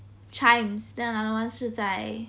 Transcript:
chijmes then another one 是在